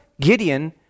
Gideon